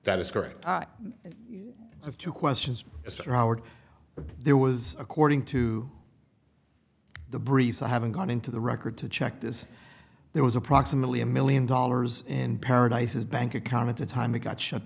that is correct i have two questions mr howard there was according to the briefing having gone into the record to check this there was approximately a million dollars in paradise's bank account at the time it got shut